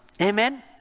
Amen